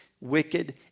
wicked